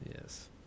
Yes